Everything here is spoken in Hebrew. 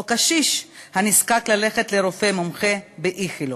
או קשיש הנזקק לרופא מומחה באיכילוב.